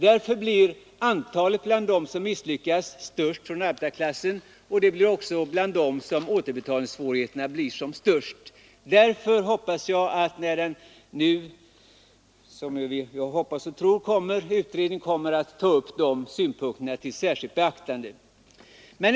Därför blir antalet av dem som misslyckas störst bland ungdomar från arbetarklassen, och det är också bland dem som återbetalningssvårigheterna blir som störst. Jag hoppas därför att utredningen kommer att ta upp dessa synpunkter till särskilt beaktande.